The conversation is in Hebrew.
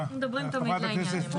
אנחנומדברים תמיד לענמיין.